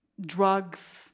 drugs